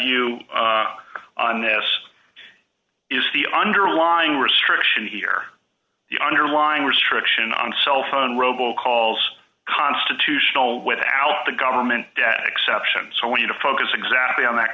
you on this is the underlying restriction here the underlying restriction on cell phone robo calls constitutional without the government exceptions when you to focus exactly on that